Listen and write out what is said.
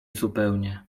zupełnie